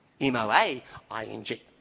M-O-A-I-N-G